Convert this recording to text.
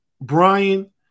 Brian